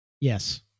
Yes